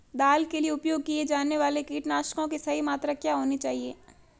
दाल के लिए उपयोग किए जाने वाले कीटनाशकों की सही मात्रा क्या होनी चाहिए?